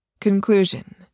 Conclusion